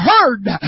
heard